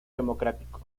democrático